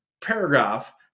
paragraph